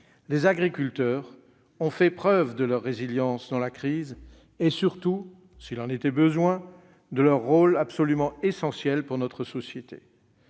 Les agriculteurs ont fait la preuve de leur résilience durant la crise et surtout, s'il en était besoin, de leur rôle absolument essentiel pour notre société.